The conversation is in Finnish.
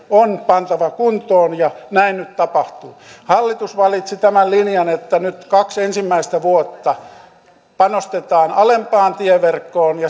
on pantava kuntoon ja näin nyt tapahtuu hallitus valitsi tämän linjan että nyt kaksi ensimmäistä vuotta panostetaan alempaan tieverkkoon ja